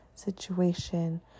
situation